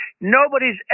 Nobody's